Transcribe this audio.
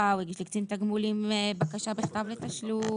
הוא הגיש לקצין תגמולים בקשה בכתב לתשלום.